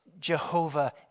jehovah